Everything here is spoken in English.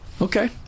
Okay